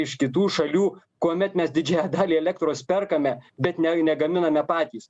iš kitų šalių kuomet mes didžiąją dalį elektros perkame bet ne negaminame patys